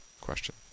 question